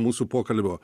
mūsų pokalbio